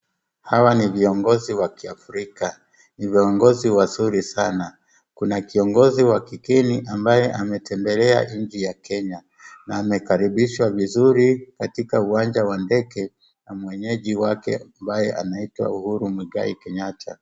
Hawa ni waongozi wa ki Afrika. Ni viongozi wazuri sana. Kuna kiongozi wa kigeni ambaye ametembelea nchi ya Kenya, na amekaribishwa vizuri katika uwanja wa ndege, na mwenyeji wake ambaye anaitwa Uhuru Muigai Kenyatta.